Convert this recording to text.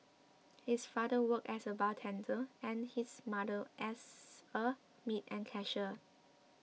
his father worked as a bartender and his mother as a maid and cashier